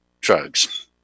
drugs